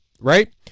right